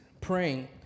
praying